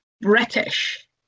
British